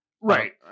Right